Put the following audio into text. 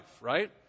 right